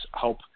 help